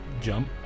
jump